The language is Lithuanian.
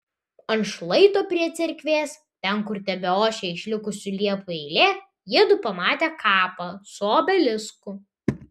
ant šlaito prie cerkvės ten kur tebeošė išlikusi liepų eilė jiedu pamatė kapą su obelisku